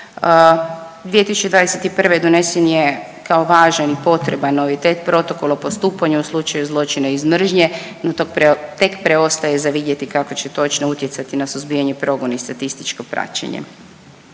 2021. donesen je kao važan i potreban novitet protokol o postupanju u slučaju zločina iz mržnje, no to tek preostaje za vidjeti kako će točno utjecati na suzbijanje, progon i statističko praćenje.